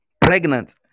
pregnant